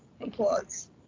Applause